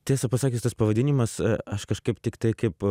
tiesą pasakius tas pavadinimas aš kažkaip tiktai kaip